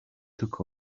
took